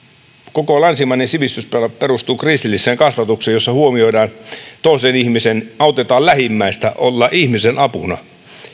koko länsimainen sivistys perustuu kristilliseen kasvatukseen jossa huomioidaan toinen ihminen autetaan lähimmäistä ollaan ihmisen apuna